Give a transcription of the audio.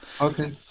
Okay